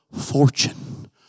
fortune